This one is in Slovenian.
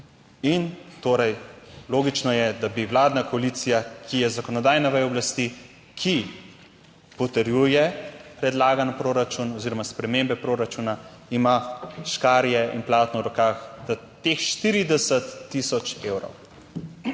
in torej logično je, da bi vladna koalicija, ki je zakonodajna veja oblasti, ki potrjuje predlagan proračun oziroma spremembe proračuna ima škarje in platno v rokah, da teh 40000 evrov.